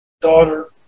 daughter